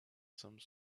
some